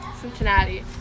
cincinnati